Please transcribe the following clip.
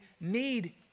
need